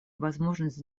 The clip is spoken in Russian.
возможность